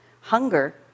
hunger